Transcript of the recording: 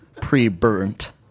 pre-burnt